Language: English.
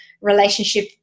relationship